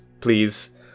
please